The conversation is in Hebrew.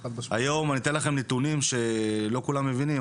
היום, אני אתן לכם נתונים, שלא כולם מבינים.